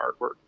artwork